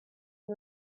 and